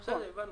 בסדר, הבנו.